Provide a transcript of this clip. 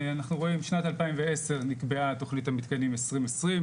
אנחנו רואים בשנת 2010 נקבעה תכנית המתקנים 2020,